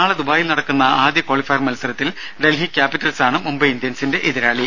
നാളെ ദുബായിൽ നടക്കുന്ന ആദ്യ ക്വാളിഫയർ മത്സരത്തിൽ ഡൽഹി ക്യാപിറ്റൽസാണ് മുംബൈ ഇന്ത്യൻസിന്റെ എതിരാളി